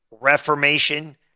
reformation